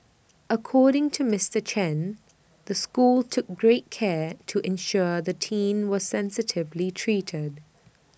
according to Mister Chen the school took great care to ensure the teen was sensitively treated